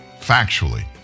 factually